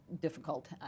difficult